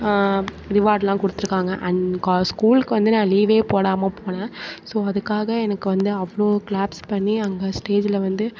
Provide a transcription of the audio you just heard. ரிவார்ட்லாம் கொடுத்துருக்காங்க அண்ட் கா ஸ்கூலுக்கு வந்து நான் லீவே போடாமல் போனேன் ஸோ அதுக்காக எனக்கு வந்து அவ்வளோ கிளாப்ஸ் பண்ணி அங்கே ஸ்டேஜில் வந்து